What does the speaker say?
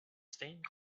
stained